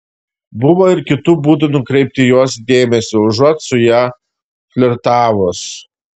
buvo ir kitų būdų nukreipti jos dėmesį užuot su ja flirtavus